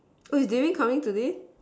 oh is Di-Ling coming today